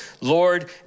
Lord